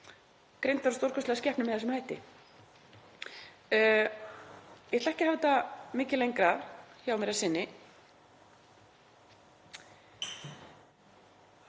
greindar og stórkostlegar skepnur með þessum hætti. Ég ætla ekki að hafa þetta mikið lengra hjá mér að sinni